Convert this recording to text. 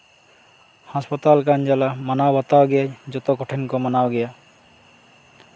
ᱦᱟᱥᱯᱟᱛᱟᱞ ᱞᱮᱠᱟᱱ ᱡᱟᱞᱟ ᱢᱟᱱᱟᱣ ᱵᱟᱛᱟᱣᱜᱮ ᱡᱚᱛᱚ ᱠᱚᱴᱷᱮᱱ ᱠᱚ ᱢᱟᱱᱟᱣ ᱜᱮᱭᱟ